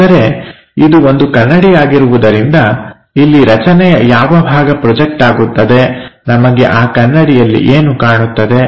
ಆದರೆ ಇದು ಒಂದು ಕನ್ನಡಿ ಆಗಿರುವುದರಿಂದ ಇಲ್ಲಿ ರಚನೆಯ ಯಾವ ಭಾಗ ಪ್ರೊಜೆಕ್ಟ್ ಆಗುತ್ತದೆ ನಮಗೆ ಆ ಕನ್ನಡಿಯಲ್ಲಿ ಏನು ಕಾಣುತ್ತದೆ